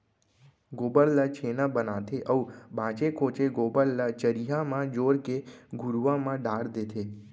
गोबर ल छेना बनाथे अउ बांचे खोंचे गोबर ल चरिहा म जोर के घुरूवा म डार देथे